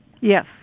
Yes